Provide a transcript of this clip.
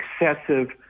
excessive